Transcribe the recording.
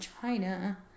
China